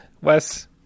Wes